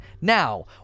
Now